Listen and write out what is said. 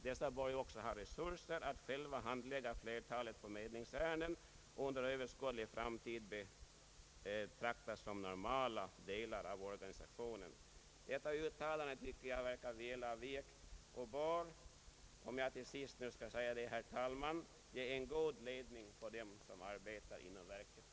Dessa bör också ha resurser att själva handlägga flertalet förmedlingsärenden och under överskådlig framtid betraktas som normala delar av organisationen. Detta uttalande verkar välavvägt och bör ge en god ledning för dem som arbetar inom verket.